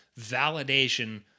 validation